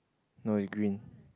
no in green